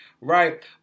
Right